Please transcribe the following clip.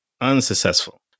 unsuccessful